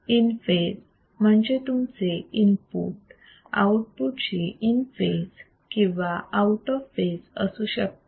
in phase म्हणजे तुमचे input output शी इन फेज किंवा आऊट ऑफ फेज असू शकते